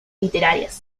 literarias